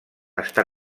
està